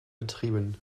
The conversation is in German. betrieben